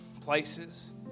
places